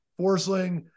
Forsling